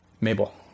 mabel